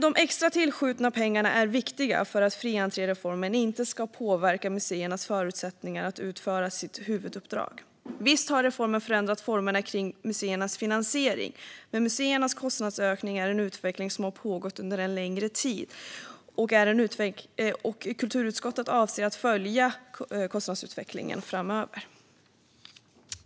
De extra tillskjutna pengarna är viktiga för att fri entré-reformen inte ska påverka museernas förutsättningar att utföra sitt huvuduppdrag. Visst har reformen förändrat formerna för museernas finansiering, men museernas kostnadsökning är en utveckling som har pågått under en längre tid, och kulturutskottet avser att följa kostnadsutvecklingen framöver.